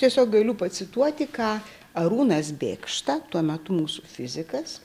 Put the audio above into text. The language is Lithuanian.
tiesiog galiu pacituoti ką arūnas bėkšta tuo metu mūsų fizikas